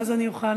ואז אני אוכל,